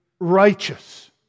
righteous